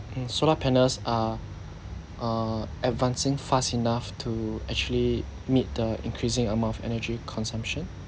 um solar panels are uh advancing fast enough to actually meet the increasing amount of energy consumption